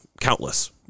countless